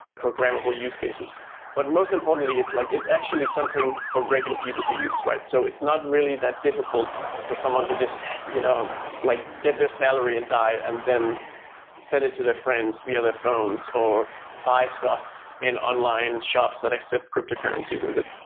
programmable use cases but most importantly, it's like it's actually something for regular people to use, right? so it's not really that difficult for someone to just you know like get their salary in dai and then send it to their friends via their phones, or buy stuff in online shops that accept cryptocurrency with it.